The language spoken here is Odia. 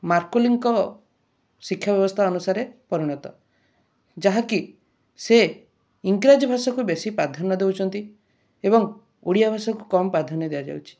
ମାରକୋଲିଙ୍କ ଶିକ୍ଷା ବ୍ୟବସ୍ଥା ଅନୁସାରେ ପରିଣତ ଯାହାକି ସେ ଇଂରାଜୀ ଭାଷାକୁ ବେଶୀ ପ୍ରାଧାନ୍ୟ ଦେଉଛନ୍ତି ଏବଂ ଓଡ଼ିଆ ଭାଷାକୁ କମ ପ୍ରାଧାନ୍ୟ ଦିଆଯାଉଛି